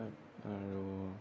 আৰু